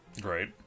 Great